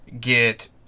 get